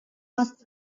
must